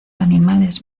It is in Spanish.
animales